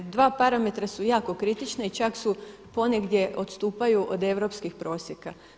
Dva parametra su jako kritična i čak su ponegdje odstupaju od europskih prosjeka.